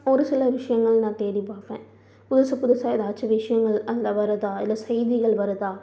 ஒரு சில விஷயங்கள் நான் தேடி பார்ப்பேன் புதுசு புதுசாக ஏதாச்சும் விஷயங்கள் அதில் வரதா செய்திகள் வருதா